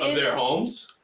of their homes?